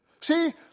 See